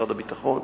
במשרד הביטחון.